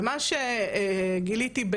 ומה שגיליתי,